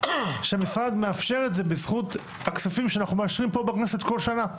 שהמשרד מאפשר את זה בזכות הכספים שאנחנו מאשרים פה בכנסת כל שנה.